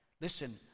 Listen